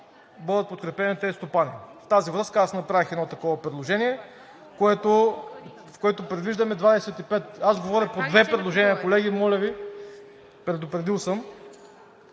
бъдат подкрепени тези стопани. В тази връзка направих едно такова предложение, в което предвиждаме 25… (шум и реплики) аз говоря по две предложения, колеги, моля Ви, предупредил съм